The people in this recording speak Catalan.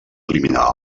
eliminar